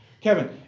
Kevin